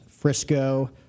Frisco